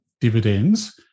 dividends